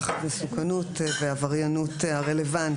שר המשפטים בהתייעצות עם שר הרווחה והביטחון החברתי